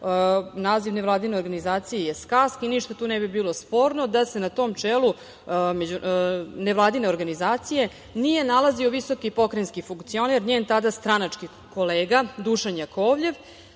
Naziv nevladine organizacije je „Skas“ i ništa tu ne bi bilo sporno da se na tom čelu nevladine organizacije nije nalazio visoki pokrajinski funkcioner, njen tada stranački kolega Dušan Jakovljev. Podsetiću,